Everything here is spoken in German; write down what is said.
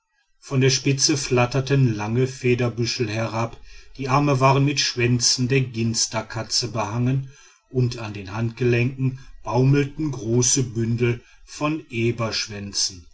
von der spitze flatterten lange federbüschel herab die arme waren mit schwänzen der ginsterkatze behangen und an den handgelenken baumelten große bündel von